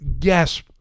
Yes